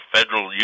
Federal